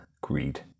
greed